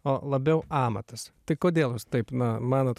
o labiau amatas tai kodėl jūs taip na manot